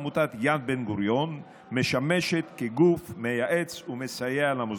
עמותת יד בן-גוריון משמשת כגוף מייעץ ומסייע למוסדות.